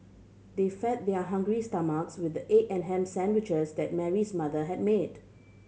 they fed their hungry stomachs with the egg and ham sandwiches that Mary's mother had made